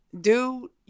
dude